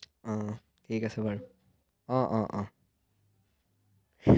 অঁ ঠিক আছে বাৰু অঁ অঁ অঁ